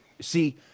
See